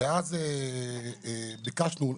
ואז ביקשנו,